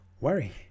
worry